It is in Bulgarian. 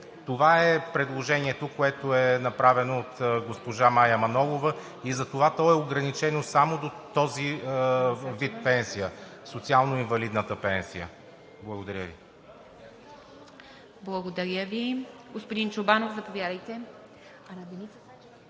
Това е предложението, което е направено от госпожа Мая Манолова. Затова то е ограничено само до този вид пенсия – социално-инвалидната пенсия. Благодаря Ви. ПРЕДСЕДАТЕЛ ИВА МИТЕВА: Благодаря Ви. Господин Чобанов, заповядайте.